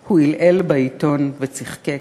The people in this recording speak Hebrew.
/ הוא עלעל בעיתון, וצחקק.